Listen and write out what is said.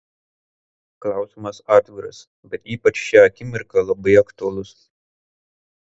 klausimas atviras bet ypač šią akimirką labai aktualus